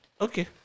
Okay